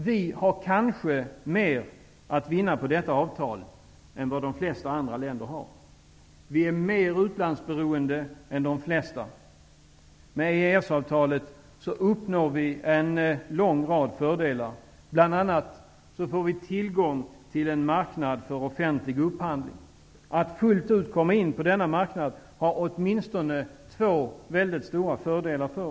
Vi har kanske mer att vinna på detta avtal än vad de flesta andra länder har. Vi är mer utlandsberoende än de flesta. Med EES-avtalet uppnår vi en lång rad fördelar. Vi får bl.a. tillgång till en marknad för offentlig upphandling. Det innebär åtminstone två mycket stora fördelar för oss om vi fullt ut kommer in på denna marknad.